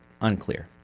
unclear